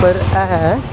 पर ऐ